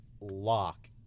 lock